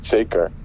Zeker